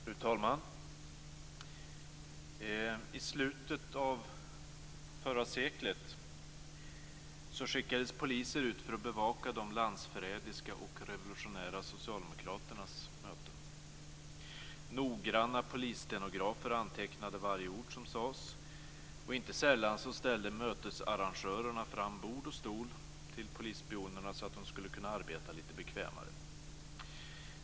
Fru talman! I slutet av förra seklet skickades poliser ut för att bevaka de landsförrädiska och revolutionära socialdemokraternas möten. Noggranna polisstenografer antecknade varje ord som sades, och inte sällan ställde mötesarrangörerna fram bord och stol till polisspionerna, så att de skulle kunna arbeta lite bekvämare.